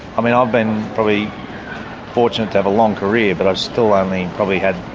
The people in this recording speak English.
i mean, i've been probably fortunate to have a long career but i've still only probably had